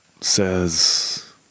says